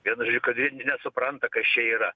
vieno kad jie nesupranta kas čia yra